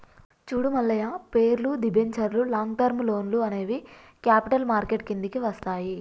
చూడు మల్లయ్య పేర్లు, దిబెంచర్లు లాంగ్ టర్మ్ లోన్లు అనేవి క్యాపిటల్ మార్కెట్ కిందికి వస్తాయి